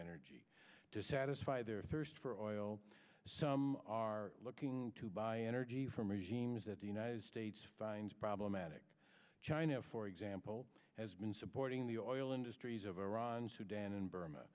energy to satisfy their thirst for oil some are looking to buy energy from regimes that the united states finds problematic china for example has been supporting the oil industries of iran sudan and burma